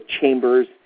chambers